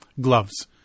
gloves